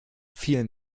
vielen